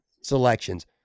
selections